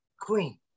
Queen